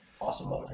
Awesome